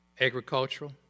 agricultural